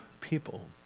people